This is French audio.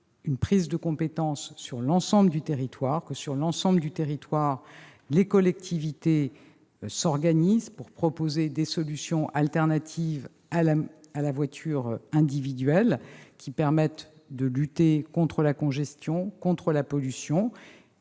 une prise de compétence, et que, sur l'ensemble du territoire, les collectivités s'organisent pour proposer des solutions alternatives à la voiture individuelle qui permettent de lutter contre la congestion et la pollution.